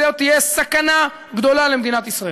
זאת תהיה סכנה גדולה למדינת ישראל.